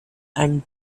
and